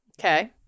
Okay